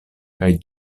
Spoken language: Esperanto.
kaj